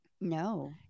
No